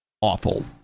Awful